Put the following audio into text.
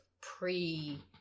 pre-